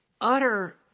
utter